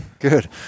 Good